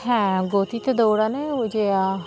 হ্যাঁ গতিতে দৌড়ানে ওই যে